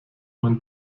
man